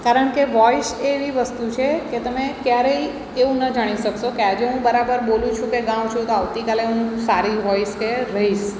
કારણ કે વોઇસ એવી વસ્તુ છે કે તમે ક્યારેય એવું ન જાણી શકશો કે આજે હું બરાબર બોલું છું કે ગાઉં છું તો આવતીકાલે હું સારી હોઇશ કે રહીશ